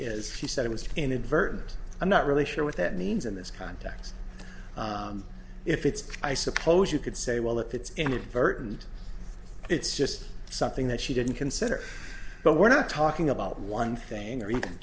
is he said it was inadvertent i'm not really sure what that means in this context if it's i suppose you could say well if it's inadvertent it's just something that she didn't consider but we're not talking about one thing or even